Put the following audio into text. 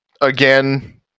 again